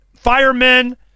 firemen